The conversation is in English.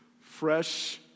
fresh